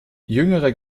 jüngere